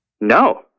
No